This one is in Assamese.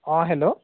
অঁ হেল্ল'